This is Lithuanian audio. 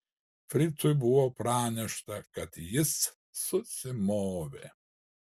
fricui buvo pranešta kad jis susimovė